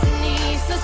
nice